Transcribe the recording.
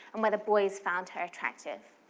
and whether boys found her attractive.